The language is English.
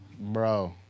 bro